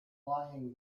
lying